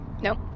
Nope